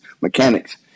mechanics